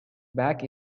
back